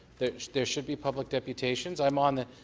there should be public deputations. i'm on the